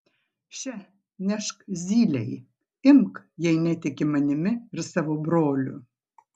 še nešk zylei imk jei netiki manimi ir savo broliu